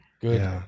good